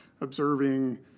observing